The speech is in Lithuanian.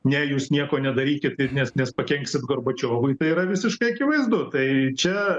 ne jūs nieko nedarykit ir nes nes pakenksit gorbačiovui tai yra visiškai akivaizdu tai čia